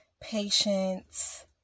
patience